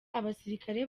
abasirikare